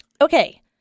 Okay